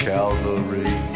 Calvary